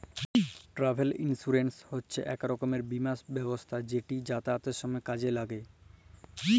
travel insurance হছে ইক রকমের বীমা ব্যবস্থা যেট যাতায়াতের সময় কাজে ল্যাগে